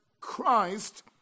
Christ